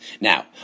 Now